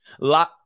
La